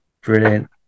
Brilliant